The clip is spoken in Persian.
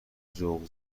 ذوق